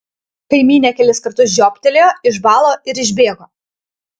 kaimynė kelis kartus žiobtelėjo išbalo ir išbėgo